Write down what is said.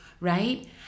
Right